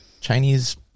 Chinese